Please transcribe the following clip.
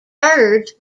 birds